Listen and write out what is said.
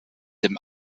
dem